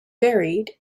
varied